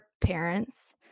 parents